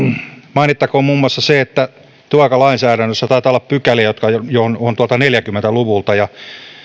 mainittakoon muun muassa se että työaikalainsäädännössä taitaa olla pykäliä jotka ovat neljäkymmentä luvulta ja saattaa olla että